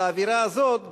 באווירה הזאת,